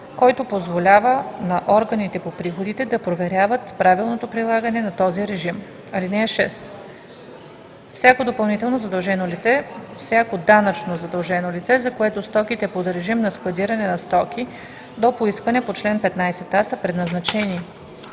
който позволява на органите по приходите да проверяват правилното прилагане на този режим. (6) Всяко данъчно задължено лице, за което стоките под режим на складиране на стоки до поискване по чл. 15а са предназначени